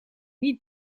niet